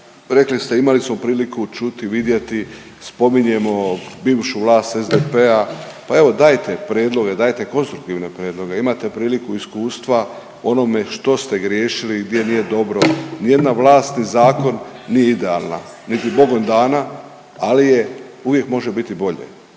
rekli ste imali smo priliku čuti, vidjeti, spominjemo bivšu vlast SDP-a pa evo dajte prijedloge, dajte konstruktivne prijedloge. Imate priliku iskustva u onome što ste griješili gdje nije dobro. Ni jedna vlast i zakon nije idealna niti Bogom dana, ali je uvijek možda biti bolje.